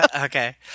Okay